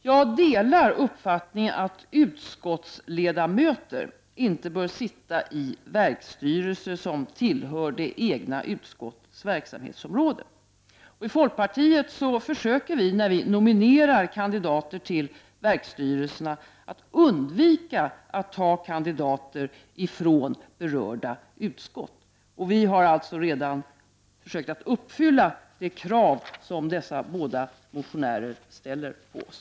Jag delar uppfattningen att utskottsledamöter inte bör sitta i verksstyrelser som tillhör det egna utskottets verksamhetsområde. I folkpartiet försöker vi när vi nominerar kandidater till verksstyrelserna att undvika att ta kandidater från berörda utskott. Vi har alltså redan försökt att uppfylla de krav som dessa båda motionärer ställer på oss.